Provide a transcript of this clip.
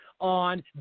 on